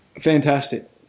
Fantastic